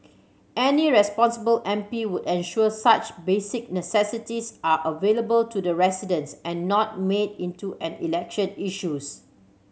any responsible M P would ensure such basic necessities are available to the residents and not made into an election issues